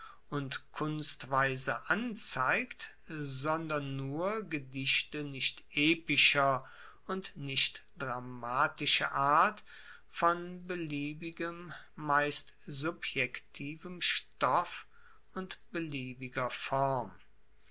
und kunstweise anzeigt sondern nur gedichte nicht epischer und nicht dramatischer art von beliebigem meist subjektivem stoff und beliebiger form